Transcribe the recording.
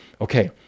okay